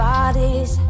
Bodies